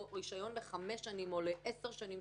רישיון לחמש שנים או לעשר שנים,